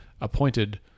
appointed